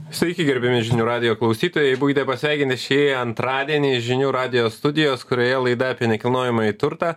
sveiki gerbiami žinių radijo klausytojai būkite pasveikinti šį antradienį žinių radijo studijos kurioje laida apie nekilnojamąjį turtą